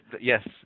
yes